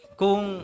kung